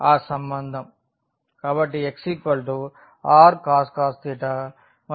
కాబట్టి x rcos మరియు y r